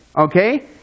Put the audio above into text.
Okay